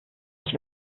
ich